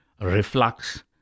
reflux